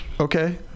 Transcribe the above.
okay